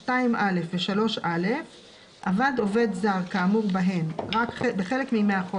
השאלה הבאה שלי היא אם אתה רוצה שאני אאשר לך חתימה על